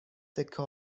سکه